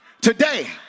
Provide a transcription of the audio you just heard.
Today